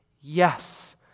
yes